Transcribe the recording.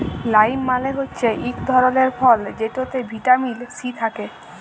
lime মালে হচ্যে ইক ধরলের ফল যেটতে ভিটামিল সি থ্যাকে